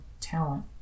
talent